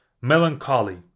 Melancholy